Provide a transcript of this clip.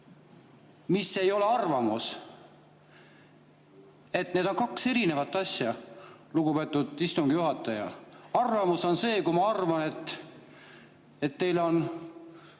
mis ei ole arvamus. Ja need on kaks erinevat asja, lugupeetud istungi juhataja. Arvamus on see, kui ma arvan, et teil on